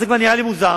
זה נראה לי מוזר.